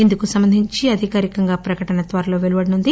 ఇందుకు సంబంధించి అధికారికంగా ప్రకటన త్వరలో పెలువడనుంది